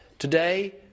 Today